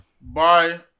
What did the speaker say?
Bye